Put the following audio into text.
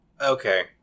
Okay